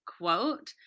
quote